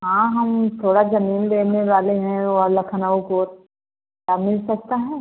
हाँ हम थोड़ा जमीन लेने वाले है और लखनऊ की ओर क्या मिल सकता है